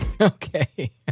Okay